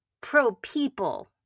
pro-people